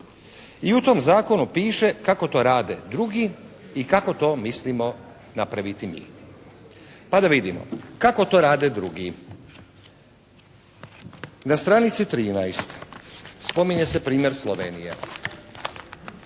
I u tom zakonu piše kako to rade drugi i kako to mislimo napraviti mi? Pa da vidimo kako to rade drugi? Na stranici 13. spominje se primjer Slovenije.